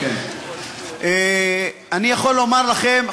אני יכול לומר לכם,